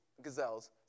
gazelles